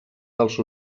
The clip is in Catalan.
dels